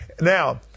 Now